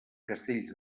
castells